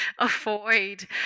avoid